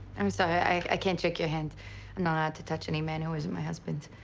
i'm sorry. i can't shake your hand. i'm not allowed to touch any man who isn't my husband.